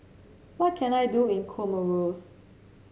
what can I do in Comoros